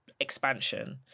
expansion